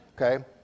Okay